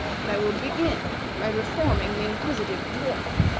and i will begin by reforming the inquisitive dwarf.